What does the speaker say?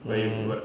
mm